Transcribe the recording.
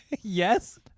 Yes